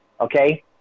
okay